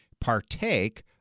partake